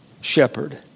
shepherd